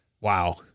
wow